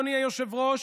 אדוני היושב-ראש,